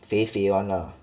肥肥 [one] lah